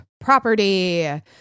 property